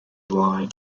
lying